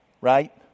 right